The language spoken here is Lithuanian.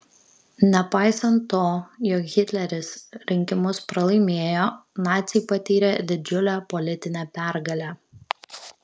nepaisant to jog hitleris rinkimus pralaimėjo naciai patyrė didžiulę politinę pergalę